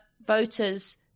voters